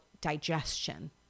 digestion